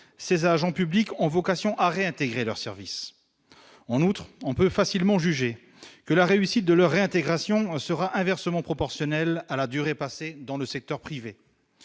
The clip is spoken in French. ces agents publics ont vocation à réintégrer leurs services, en outre, on peut facilement juger que la réussite de leur intégration sera inversement proportionnel à la durée passée dans le secteur privé,